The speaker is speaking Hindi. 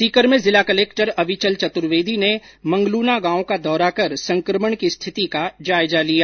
सीकर में जिला कलेक्टर अविचल चतुर्वेदी ने मंगलूना गांव का दौरा कर संक्रमण की स्थिति का जायजा लिया